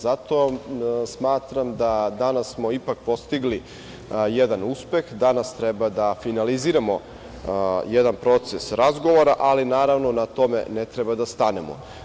Zato smatram da smo danas ipak postigli jedan uspeh, danas treba da finaliziramo jedan proces razgovora, ali naravno na tome ne treba da stanemo.